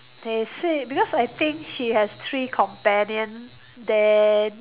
they said because I think she has three companion then